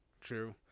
True